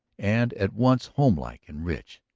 and at once homelike and rich.